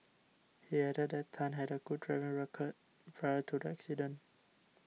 he added that Tan had a good driving record prior to the accident